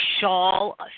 shawl